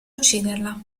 ucciderla